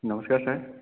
নমস্কাৰ ছাৰ